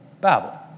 Babel